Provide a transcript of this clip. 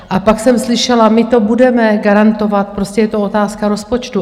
A pak jsem slyšela: My to budeme garantovat, prostě je to otázka rozpočtu.